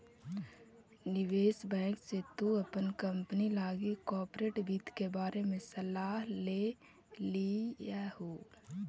निवेश बैंक से तु अपन कंपनी लागी कॉर्पोरेट वित्त के बारे में सलाह ले लियहू